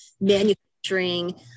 manufacturing